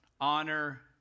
honor